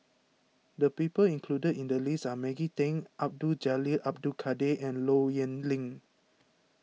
the people included in the list are Maggie Teng Abdul Jalil Abdul Kadir and Low Yen Ling